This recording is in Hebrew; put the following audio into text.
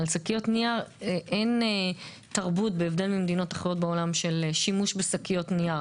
שקיות נייר אין תרבות בהבדל ממדינות אחרות בעולם של שימוש בשקיות נייר.